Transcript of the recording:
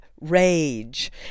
rage